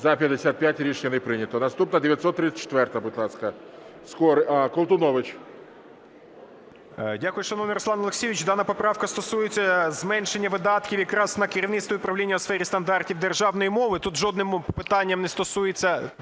За-55 Рішення не прийнято. Наступна 934-а, будь ласка. Колтунович. 13:50:45 КОЛТУНОВИЧ О.С. Дякую, шановний Руслан Олексійович. Дана поправка стосується зменшення видатків якраз на керівництво і управління у сфері стандартів державної мови. Тут жодним питанням не стосується